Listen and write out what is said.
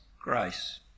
grace